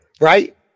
right